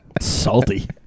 Salty